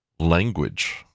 language